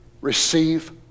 receive